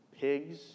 Pigs